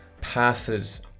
passes